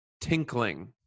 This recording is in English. tinkling